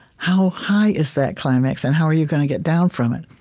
how high is that climax, and how are you going to get down from it?